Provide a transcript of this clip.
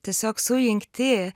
tiesiog sujungti